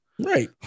Right